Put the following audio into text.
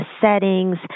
settings